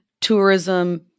tourism